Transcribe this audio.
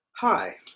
Hi